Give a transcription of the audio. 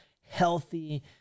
healthy